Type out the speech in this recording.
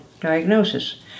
diagnosis